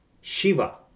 Shiva